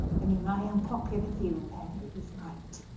and in my unpopular view, henry was right.